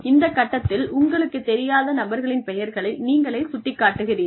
இந்த கட்டத்தில் உங்களுக்குத் தெரியாத நபர்களின் பெயர்களை நீங்கள் சுட்டிக் காட்டுகிறீர்கள்